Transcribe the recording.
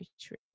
true